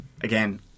again